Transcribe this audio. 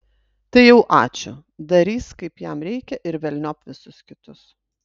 tai jau ačiū darys kaip jam reikia ir velniop visus kitus